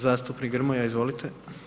Zastupnik Grmoja, izvolite.